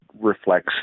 reflects